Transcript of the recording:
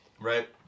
right